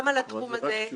אבל זה רק לתשושים.